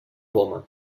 poma